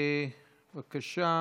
בבקשה.